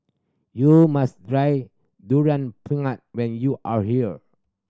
you must try Durian Pengat when you are here